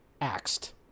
axed